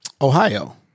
Ohio